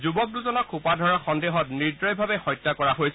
যুৱক দুজনক সোপাধৰাৰ সন্দেহত নিৰ্দয়ভাৱে হত্যা কৰা হৈছিল